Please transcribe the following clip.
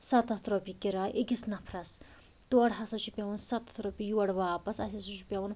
ستتھ رۄپیہِ کِراے أکِس نفرس تورٕ ہَسا چھِ پیٚوان ستتھ رۄپیہِ یورٕ واپس اسہِ ہَسا چھُ پیٚوان